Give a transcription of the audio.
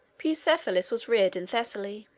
bucephalus was reared in thessaly.